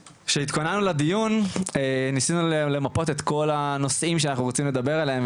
כשהתכוננו לדיון ניסינו למפות את כל הנושאים שאנחנו רוצים לדבר עליהם,